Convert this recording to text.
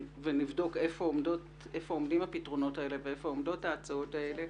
ונבדוק היכן עומדים הפתרונות האלה והיכן עומדות ההצעות האלה,